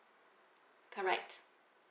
correct